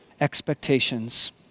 expectations